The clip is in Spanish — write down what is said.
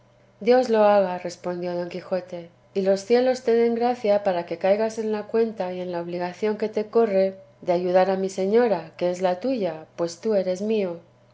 dios lo haga respondió don quijote y los cielos te den gracia para que caigas en la cuenta y en la obligación que te corre de ayudar a mi señora que lo es tuya pues tú eres mío